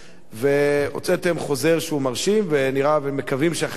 הוצאתם חוזר שהוא מרשים, ומקווים שאכן יעמדו בו.